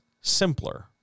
simpler